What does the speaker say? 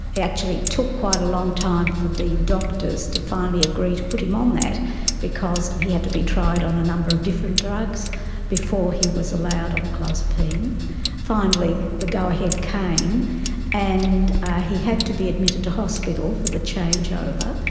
it actually took quite a long time for the doctors to finally agree to put him on um that because he had to be tried on a number of different drugs before he was allowed on clozapine. finally the go-ahead came and ah he had to be admitted to hospital for the changeover.